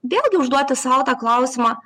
vėlgi užduoti sau tą klausimą